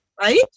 right